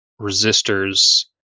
resistors